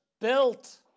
built